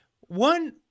one